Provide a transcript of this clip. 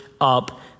up